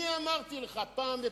אני אמרתי לך פעם אחת,